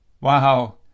Wow